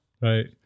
Right